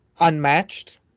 unmatched